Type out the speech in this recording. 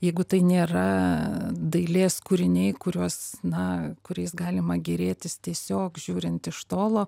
jeigu tai nėra dailės kūriniai kuriuos na kuriais galima gėrėtis tiesiog žiūrint iš tolo